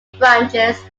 branches